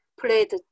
played